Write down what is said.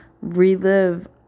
relive